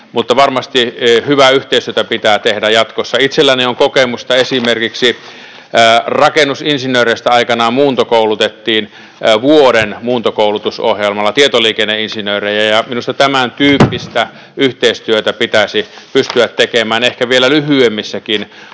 mutta varmasti hyvää yhteistyötä pitää tehdä jatkossa. Itselläni on kokemusta esimerkiksi siitä, kun rakennusinsinööreistä aikoinaan muuntokoulutettiin vuoden muuntokoulutusohjelmalla tietoliikenneinsinöörejä, ja minusta tämäntyyppistä yhteistyötä pitäisi pystyä tekemään ehkä vielä lyhyemmissäkin